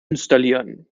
installieren